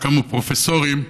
וקמו פרופסורים,